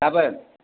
गाबोन